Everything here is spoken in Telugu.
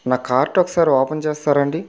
నా కార్ట్ ఒకసారి ఓపెన్ చేస్తారా అండి